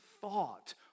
thought